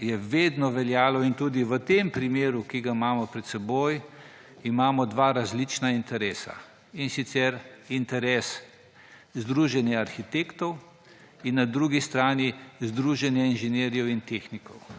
je vedno veljalo, in tudi v tem primeru, ki ga imamo pred seboj, da imamo dva različna interesa, in sicer interes združenja arhitektov ter na drugi strani združenja inženirjev in tehnikov.